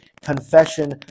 confession